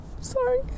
Sorry